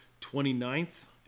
29th